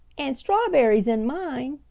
and strawberries in mine,